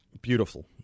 beautiful